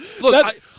Look